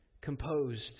composed